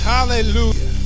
Hallelujah